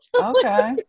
okay